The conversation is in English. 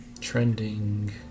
Trending